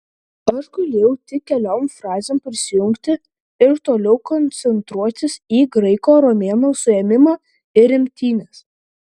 aš galėjau tik keliom frazėm prisijungti ir toliau koncentruotis į graiko romėno suėmimą ir imtynes